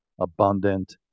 abundant